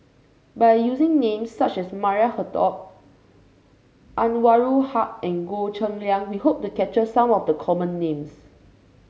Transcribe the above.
by using names such as Maria Hertogh Anwarul Haque and Goh Cheng Liang we hope to capture some of the common names